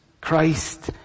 Christ